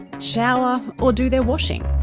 shower or do their washing?